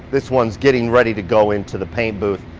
this one is getting ready to go into the paint booth.